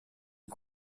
est